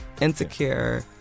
insecure